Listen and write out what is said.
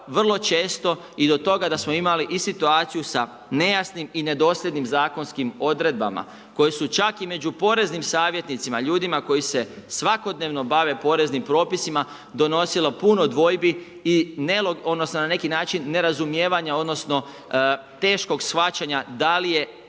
vrlo često i do toga da smo imali i situaciju sa nejasnim i nedosljednim zakonskim odredbama koje su čak i među poreznim savjetnicima, ljudima koji se svakodnevno bave poreznim propisima donosilo puno dvojbi, odnosno na neki način nerazumijevanja, odnosno teškog shvaćanja da li je